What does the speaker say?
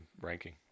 ranking